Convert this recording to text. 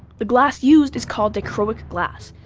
the glass used is called dichroic glass.